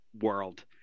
world